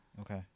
Okay